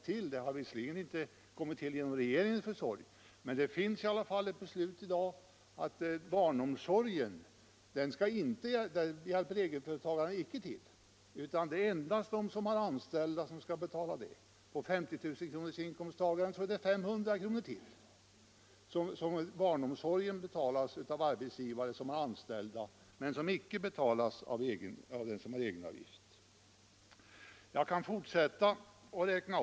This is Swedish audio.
Det beslutet har visserligen inte tillkommit genom regeringens försorg, men det finns i alla fall ett beslut i dag om att egenföretagarna icke skall hjälpa till att finansiera barnomsorgen. Det är endast de som har anställda som skall betala den. För 50 000-kronorsinkomsttagaren blir det ytterligare 500 kr. Barnomsorgen betalas alltså av arbetsgivare som har anställda men inte av dem som har egenavgifter. Jag kan fortsätta uppräkningen.